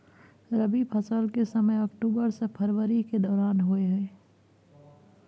रबी फसल के समय अक्टूबर से फरवरी के दौरान होय हय